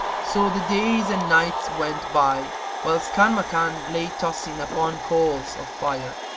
so the days and nights went by whilst kanmakan lay tossing upon coals of fire,